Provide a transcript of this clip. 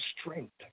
strength